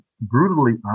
brutally